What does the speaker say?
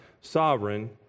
sovereign